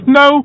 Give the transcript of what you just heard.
no